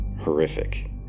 horrific